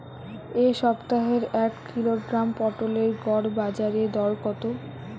এ সপ্তাহের এক কিলোগ্রাম পটলের গড় বাজারে দর কত?